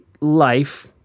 Life